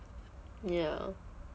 ya